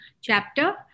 chapter